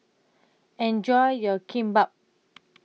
Enjoy your Kimbap